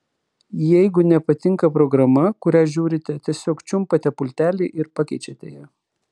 jeigu nepatinka programa kurią žiūrite tiesiog čiumpate pultelį ir pakeičiate ją